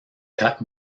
cut